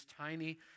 tiny